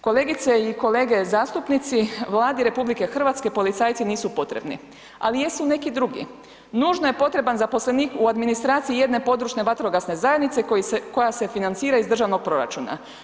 Kolegice i kolege zastupnici, Vladi RH policajci nisu potrebni ali jesu neki drugi, nužno je potreban zaposlenik u administraciji jedne područne vatrogasne zajednice koja se financira iz državnog proračuna.